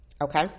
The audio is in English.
okay